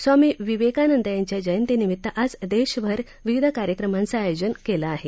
स्वामी विवेकानंद यांच्या जयंतीनिमित्त आज देशभर विविध कार्यक्रमांचं आयोजन केलं आहे